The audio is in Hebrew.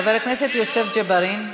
חבר הכנסת יוסף ג'בארין.